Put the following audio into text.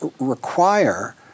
require